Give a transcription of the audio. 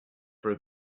for